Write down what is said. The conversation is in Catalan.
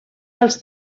dels